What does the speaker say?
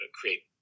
create